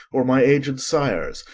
or my aged sire's,